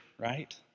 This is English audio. right